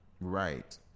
Right